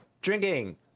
Drinking